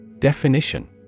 Definition